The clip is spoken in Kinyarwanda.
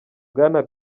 bwana